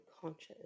conscious